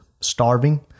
starving